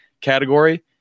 category